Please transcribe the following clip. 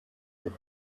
that